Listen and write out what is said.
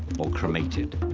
or cremated.